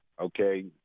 Okay